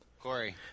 Corey